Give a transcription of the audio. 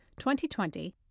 2020